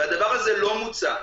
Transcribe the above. והדבר הזה לא מוצע.